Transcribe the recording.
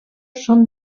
són